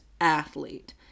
athlete